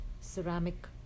ceramic